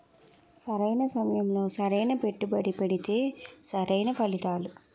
సరైన సమయంలో సరైన పెట్టుబడి పెడితే సరైన ఫలితాలు